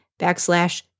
backslash